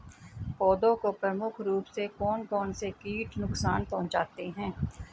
पौधों को प्रमुख रूप से कौन कौन से कीट नुकसान पहुंचाते हैं?